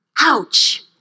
Ouch